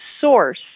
source